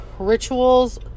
Rituals